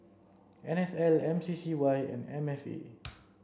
N S L M C C Y and M F A